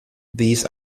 these